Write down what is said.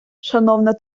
шановне